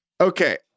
Okay